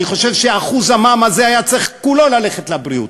אני חושב ש-1% המע"מ הזה היה צריך כולו ללכת לבריאות,